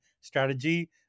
strategy